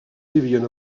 vivien